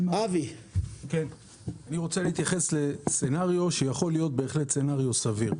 אני רוצה להתייחס לסצנריו שיכול להיות בהחלט סצנריו סביר.